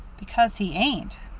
because he ain't.